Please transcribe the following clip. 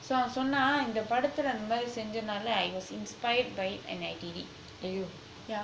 so அவன் சொன்னான் இந்த படத்துல அந்தமாரி செஞ்சனால:avan sonnan intha paduthula anthamari senjanala I was inspired by it and I did it